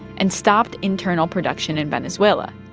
and stopped internal production in venezuela,